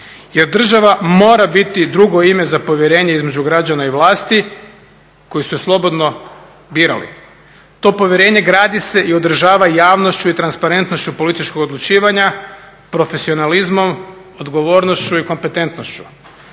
jer država mora biti drugo ime za povjerenje između građana i vlasti koji su je slobodno birali. To povjerenje gradi se i održava javnošću i transparentnošću političkog odlučivanja, profesionalizmom, odgovornošću i kompetentnošću.